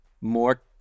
more